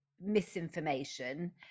misinformation